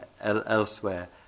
elsewhere